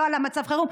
לא על מצב החירום.